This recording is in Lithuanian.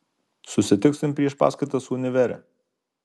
susitiksim prieš paskaitas univere